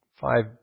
five